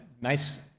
Nice